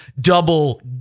double